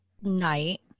night